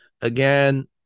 Again